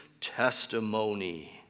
testimony